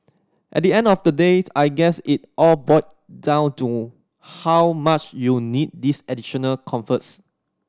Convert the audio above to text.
at the end of the date I guess it all boil down to how much you need these additional comforts